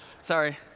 Sorry